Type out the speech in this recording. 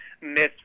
miss